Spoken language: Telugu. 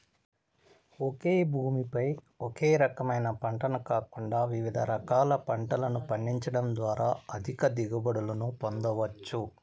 ఒకే భూమి పై ఒకే రకమైన పంటను కాకుండా వివిధ రకాల పంటలను పండించడం ద్వారా అధిక దిగుబడులను పొందవచ్చు